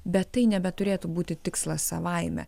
bet tai nebeturėtų būti tikslas savaime